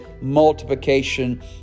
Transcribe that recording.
multiplication